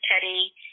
Teddy